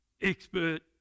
expert